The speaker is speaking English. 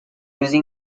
losing